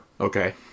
Okay